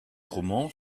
romans